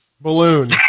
Balloon